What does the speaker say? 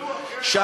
לא בטוח,